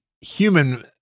human